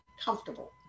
comfortable